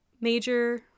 major